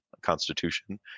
Constitution